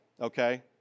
okay